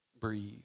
Breathe